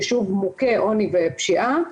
יישוב מוכה עוני ופשיעה,